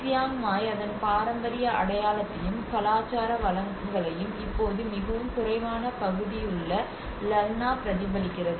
Chiang Mai அதன் பாரம்பரிய அடையாளத்தையும் கலாச்சார வளங்களையும் இப்போது மிகவும் குறைவான பகுதி உள்ள லன்னா பிரதிபலிக்கிறது